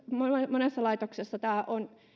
monessa laitoksessa tämä on